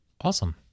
Awesome